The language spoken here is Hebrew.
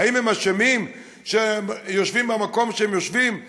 האם הם אשמים שהם יושבים במקום שהם יושבים בו,